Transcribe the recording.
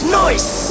noise